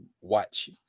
watch